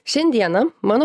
šiandieną mano